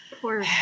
Poor